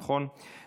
נכון?